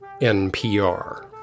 NPR